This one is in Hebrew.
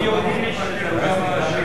גם יהודים יש טרוריסטים.